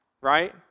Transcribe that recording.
Right